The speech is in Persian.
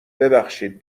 ببخشید